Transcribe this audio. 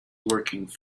working